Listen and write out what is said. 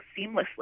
seamlessly